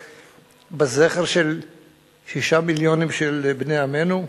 בזכר של שישה מיליון של בני עמנו?